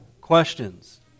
questions